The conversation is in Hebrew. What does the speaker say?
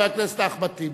חבר הכנסת אחמד טיבי.